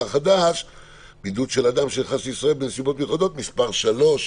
החדש (בידוד של אדם שנכנס לישראל בנסיבות מיוחדות) (מס' 3)